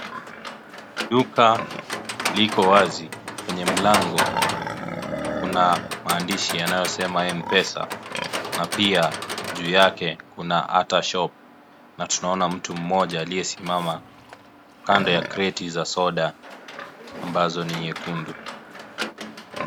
Duka liko wazi, kwenye mlango kuna maandishi yanaysema m-pesa, na pia juu yake kuna (CS)other shop(CS),na tunaona mtu mmoja ambaye amesimama kando ya kreti ya soda ambazo ni nyekundu.